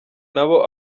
nabo